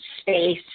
space